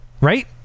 right